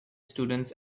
students